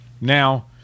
Now